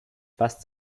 fast